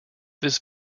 this